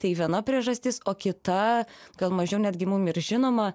tai viena priežastis o kita gal mažiau netgi mum ir žinoma